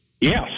Yes